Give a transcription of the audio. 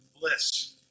bliss